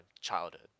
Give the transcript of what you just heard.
childhood